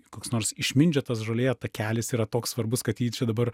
koks nors išmindžiotas žolėje takelis yra toks svarbus kad jį čia dabar